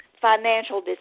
financial